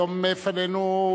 היום לפנינו,